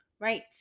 Right